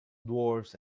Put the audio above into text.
dwarves